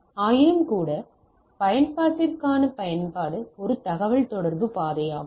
ஆயினும்கூட பயன்பாட்டிற்கான பயன்பாடு ஒரு தகவல்தொடர்பு பாதையாகும்